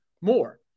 more